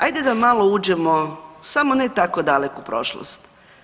Ajde da malo uđemo samo ne tako daleku prošlost.